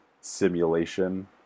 simulation